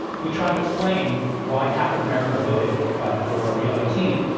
we try to explain why half of america voted for the other team.